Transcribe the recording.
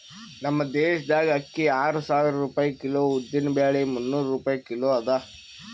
ನಮ್ ದೇಶದಾಗ್ ಅಕ್ಕಿ ಆರು ಸಾವಿರ ರೂಪಾಯಿ ಕಿಲೋ, ಉದ್ದಿನ ಬ್ಯಾಳಿ ಮುನ್ನೂರ್ ರೂಪಾಯಿ ಕಿಲೋ ಅದಾ